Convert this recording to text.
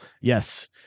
Yes